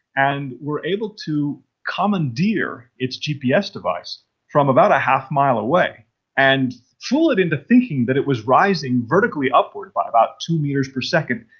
and we were able to commandeer its gps device from about a half-mile away and fool it into thinking that it was rising vertically upwards by about two metres per second.